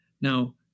Now